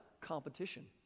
Competition